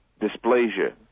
dysplasia